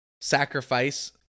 sacrifice